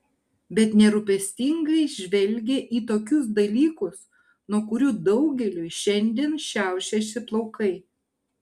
bet nerūpestingai žvelgė į tokius dalykus nuo kurių daugeliui šiandien šiaušiasi plaukai